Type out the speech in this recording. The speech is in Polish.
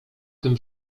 tym